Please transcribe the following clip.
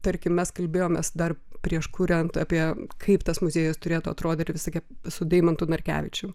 tarkim mes kalbėjomės dar prieš kuriant apie kaip tas muziejus turėtų atrodyti ir visokie su deimantu narkevičium